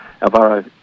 Alvaro